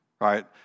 right